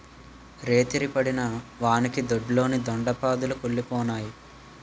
రేతిరి పడిన వానకి దొడ్లోని దొండ పాదులు కుల్లిపోనాయి